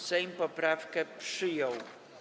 Sejm poprawkę przyjął.